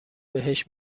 بهش